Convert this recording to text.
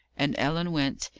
and ellen went,